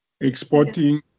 exporting